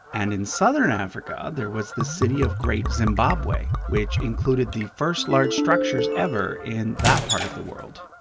and in southern africa, there was the city of great zimbabwe, which included the first large structures ever in that part of the world.